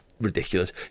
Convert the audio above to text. ridiculous